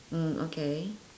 mm okay